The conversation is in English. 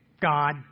God